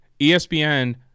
ESPN